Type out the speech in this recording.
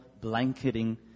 blanketing